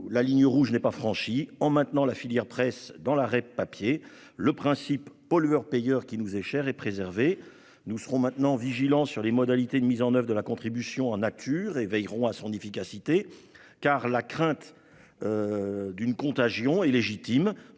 la ligne rouge n'est pas franchie : en maintenant la filière presse dans la REP papier, le principe pollueur-payeur, qui nous est cher, est préservé. Nous serons maintenant vigilants sur les modalités de mise en oeuvre de la contribution en nature et veillerons à son efficacité, car la crainte d'une contagion est légitime.